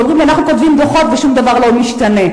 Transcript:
שאומרים לי: אנחנו כותבים דוחות ושום דבר לא משתנה.